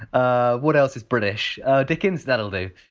ah what else is british dickens? that'll do.